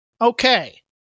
Okay